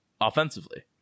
offensively